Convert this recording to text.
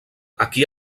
aquí